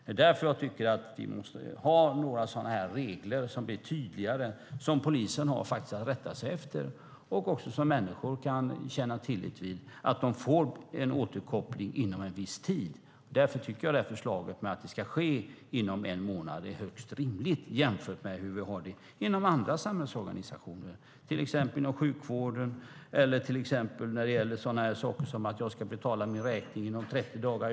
Det är därför jag tycker att vi måste ha några sådana här regler som blir tydligare, som polisen faktiskt har att rätta sig efter och som gör att människor också kan känna tillit till att de får en återkoppling inom en viss tid. Därför tycker jag att det här förslaget, att det ska ske inom en månad, är högst rimligt jämfört med hur vi har det inom andra samhällsorganisationer, till exempel inom sjukvården eller när det gäller sådana saker som att jag ska betala min räkning inom 30 dagar.